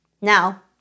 Now